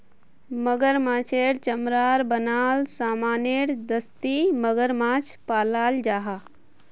मगरमाछेर चमरार बनाल सामानेर दस्ती मगरमाछ पालाल जाहा